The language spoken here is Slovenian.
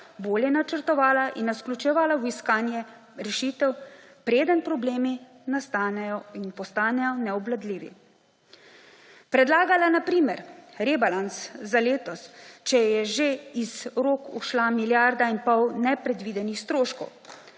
bolje načrtovala in nas vključevala v iskanje rešitev, preden problemi nastanejo in postanejo neobvladljivi, predlagala na primer rebalans za letos, če je že iz rok ušla milijarda in pol nepredvidenih stroškov.